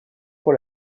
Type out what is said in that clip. pour